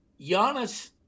Giannis